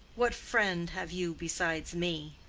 what friend have you besides me?